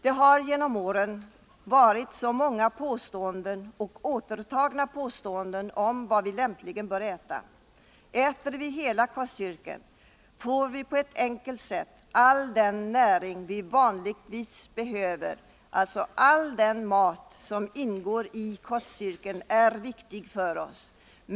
Det har genom åren varit så många påståenden och återtagna påståenden om vad vi lämpligen bör äta. Äter vi från hela kostcirkeln, får vi på ett enkelt sätt all den näring vi vanligtvis behöver. All den mat som ingår i kostcirkeln är viktig för oss.